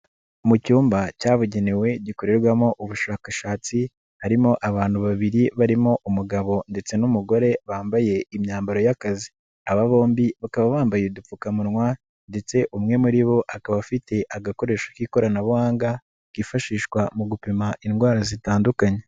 Mu cyumba cyabugenewe gikorerwamo ubushakashatsi, harimo abantu babiri barimo umugabo ndetse n'umugore bambaye imyambaro y'akazi. Aba bombi bakaba bambaye udupfukamunwa ndetse umwe muri bo akaba afite agakoresho k'ikoranabuhanga, kifashishwa mu gupima indwara zitandukanye.